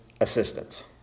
assistance